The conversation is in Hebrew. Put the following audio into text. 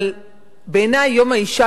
אבל בעיני יום האשה,